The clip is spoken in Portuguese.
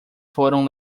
foram